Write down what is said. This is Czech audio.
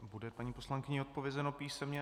Bude paní poslankyni odpovězeno písemně.